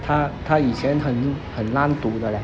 他他以前很很烂赌的 leh